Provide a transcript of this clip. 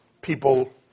people